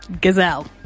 Gazelle